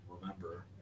remember